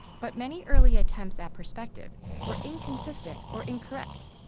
but many early attempts at perspective were inconsistent or incorrect.